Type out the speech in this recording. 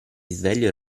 risveglio